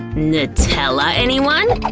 nutella, anyone?